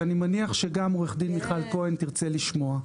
אני מניח שגם עורך דין מיכל כהן תרצה לשמוע.